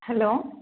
hello